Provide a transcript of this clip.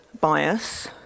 bias